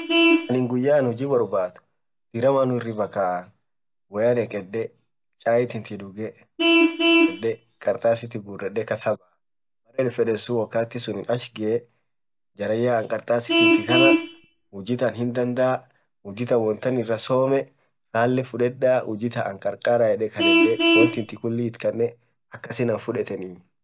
anin guyaa aninn hujii boarbaad, diramanuu hiribaa kaa, bisaan dikedee, woyaa kayedee, chai dugee, kartasii tintii guredee kasaa baa wakatii fedeen suun ach gaa, jarayaa kartasin tii tanaa ujii taan hindandaa, kartasin tiyy tanaa hujii taan wontaan irasomee ralee fudedaa ankarkaraa adee woantii kuulii itkanee akasiin anfudeteenii.